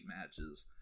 matches